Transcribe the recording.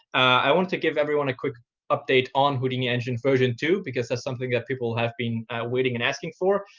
i want to give everyone a quick update on houdini engine version two, because that's something that people have been waiting and asking for.